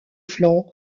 flanc